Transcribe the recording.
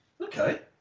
okay